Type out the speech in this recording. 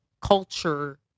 culture